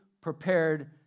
prepared